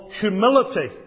humility